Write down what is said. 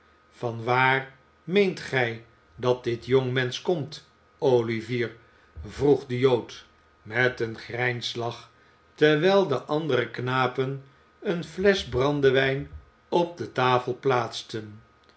van waar meent gij dat dit jongmensch komt olivier vroeg de jood met een grijnslach terwijl de andere knapen eene flesch brandewijn op de tafel plaatsten